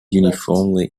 uniformly